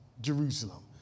Jerusalem